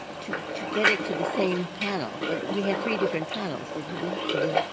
to to get it to the same panel? like we had three different panels, didn't we, for the.